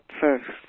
first